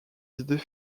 idées